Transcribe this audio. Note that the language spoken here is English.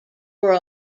were